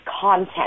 content